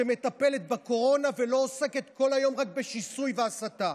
שמטפלת בקורונה ולא עוסקת כל היום רק בשיסוי והסתה.